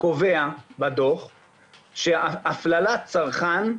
קובע שהפללת צרכן,